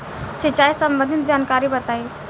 सिंचाई संबंधित जानकारी बताई?